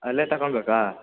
ಅಲ್ಲೇ ತಗೋಬೇಕಾ